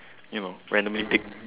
you know randomly pick